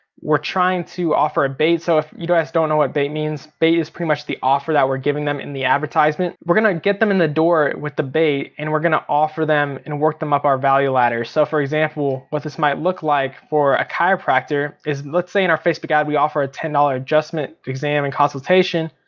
we're trying to offer ah bait, so if you guys don't know what bait means, bait is pretty much the offer that we're giving them in the advertisement. we're gonna get them in the door with the bait and we're gonna offer them and work them up our value ladder. so for example what this might look like for a chiropractor is, let's say in our facebook ad we offer a ten dollars adjust exam and consultation.